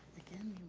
again,